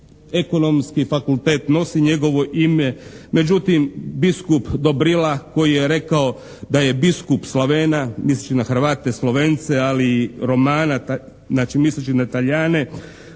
ekonomski fakultet nosi njegovo ime. Međutim, biskup Dobrila koji je rekao da je biskup Slavena, misli na Hrvate Slovence ali i Romana znači misleći na Talijane